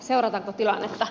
seurataanko tilannetta